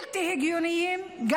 כמוהו כמו כל החוקים הבלתי-הגיוניים,